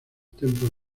templos